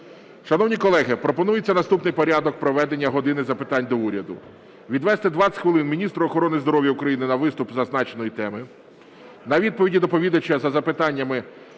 Шановні колеги, пропонується наступний порядок проведення "години запитань до Уряду": відвести 20 хвилин міністру охорони здоров'я України на виступ із зазначеної теми, на відповіді доповідача за запитаннями